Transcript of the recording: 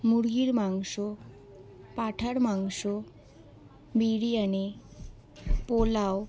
মুরগির মাংস পাঁঠার মাংস বিরিয়ানি পোলাও